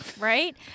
right